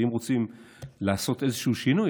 ואם רוצים לעשות איזשהו שינוי,